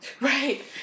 Right